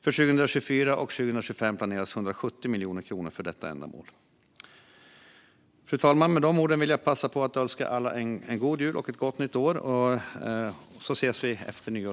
För 2024 och 2025 planeras 170 miljoner kronor för detta ändamål. Fru talman! Med dessa ord vill jag passa på att önska alla en god jul och ett gott nytt år. Vi ses igen efter nyår.